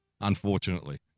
Unfortunately